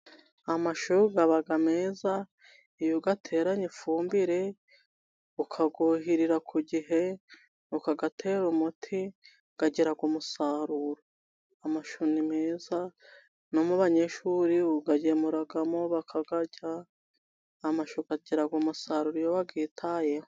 Amashu aba meza iyo uyateranye ifumbire, ukayuhirira ku gihe, ukayatera umuti, agira umusaruro, amashu ni meza no mu banyeshuri uyagemuramo bakayarya, amashu agira umusaruro iyo wayitayeho.